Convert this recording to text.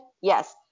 Yes